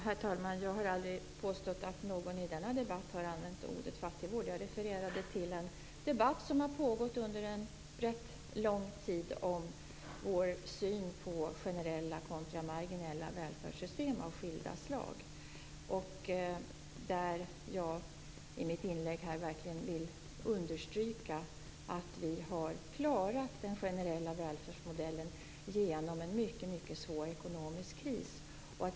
Herr talman! Jag har aldrig påstått att någon i denna debatt har använt ordet "fattigvård". Jag refererade till en debatt som har pågått under en rätt lång tid om synen på generella kontra marginella välfärdssystem av skilda slag. Jag vill verkligen understryka att vi har klarat den generella välfärdsmodellen genom en mycket svår ekonomisk kris.